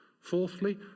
Fourthly